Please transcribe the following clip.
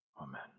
amen